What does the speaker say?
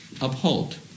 uphold